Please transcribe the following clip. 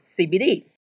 CBD